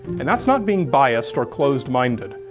and that's not being biased or closed-minded.